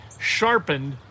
sharpened